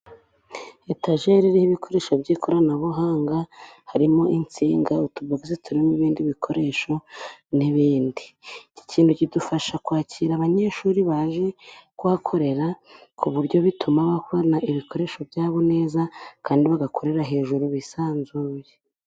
Etajeri ibikoresho by'ikoranabuhanga harimo ,insinga utubogisi turimo ibindi bikoresho n'ibindi. Iki kintu kidufasha kwakira abanyeshuri baje kuhakorera ,ku buryo bituma babona ibikoresho byabo neza, kandi bagakorera hejuru bisanzuye.